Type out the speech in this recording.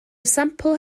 sampl